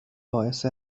باعث